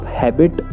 habit